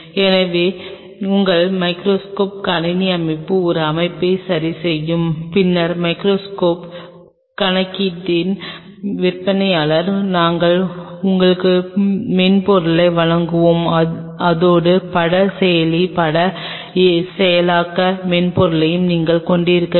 எனவே உங்கள் மைகிரோஸ்கோப் கணினி அமைப்பில் ஒரு அமைப்பைச் சரிசெய்யும் பின்னர் மைகிரோஸ்கோப் கணக்கீட்டின் விற்பனையாளர் நாங்கள் உங்களுக்கு மென்பொருளை வழங்குவோம் அதோடு பட செயலி பட செயலாக்க மென்பொருளையும் நீங்கள் கொண்டிருக்க வேண்டும்